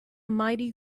mighty